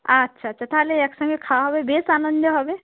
আচ্ছা আচ্ছা তাহলে একসঙ্গে খাওয়া হবে বেশ আনন্দ হবে